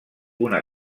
una